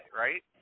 right